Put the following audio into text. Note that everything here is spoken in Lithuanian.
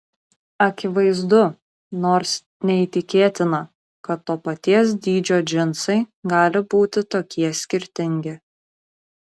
akivaizdu nors neįtikėtina kad to paties dydžio džinsai gali būti tokie skirtingi